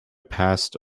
past